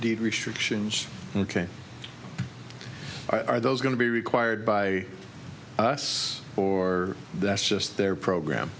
deed restrictions ok are those going to be required by us or that's just their program